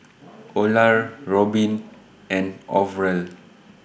Olar Robin and Orval